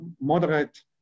moderate